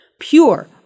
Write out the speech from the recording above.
Pure